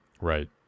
Right